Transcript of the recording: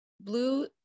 blue